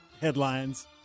headlines